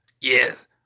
Yes